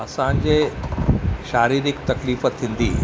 असांजे शारीरिक तकलीफ़ थींदी